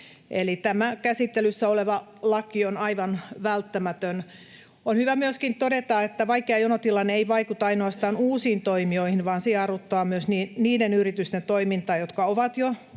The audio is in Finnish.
tämä käsittelyssä oleva laki on aivan välttämätön. On hyvä myöskin todeta, että vaikea jonotilanne ei vaikuta ainoastaan uusiin toimijoihin vaan se jarruttaa myös niiden yritysten toimintaa, jotka ovat jo